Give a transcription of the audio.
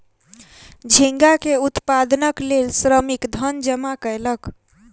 झींगा के उत्पादनक लेल श्रमिक धन जमा कयलक